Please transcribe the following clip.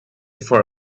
for